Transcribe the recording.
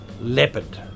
Leopard